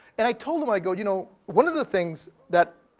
and i told them, i go, you know, one of the things that